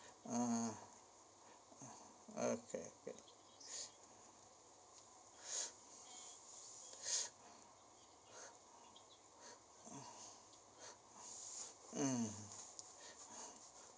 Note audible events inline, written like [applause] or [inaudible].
uh okay good [breath] mm